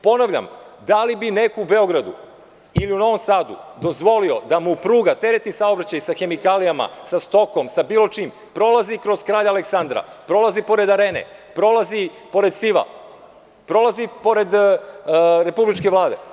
Ponavljam da li bi neko u Beogradu ili Novom Sadu, dozvolio da mu pruga tereti saobraćaj sa hemikalijama, sa stokom, sa bilo čim, prolazi kroz Kralja Aleksandra, prolazi pored Arene, prolazi pored SIV-a, prolazi pored Republičke Vlade.